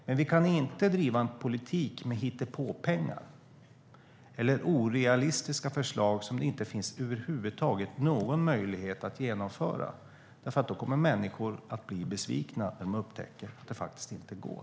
Men vi kan inte driva en politik med hittepåpengar eller orealistiska förslag som det inte finns någon möjlighet över huvud taget att genomföra, för människor kommer att bli besvikna när de upptäcker att det faktiskt inte går.